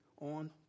on